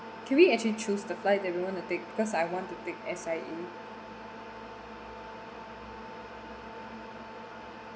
can we actually choose the flight that we want to take because I want to take S_I_A